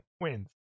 wins